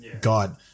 god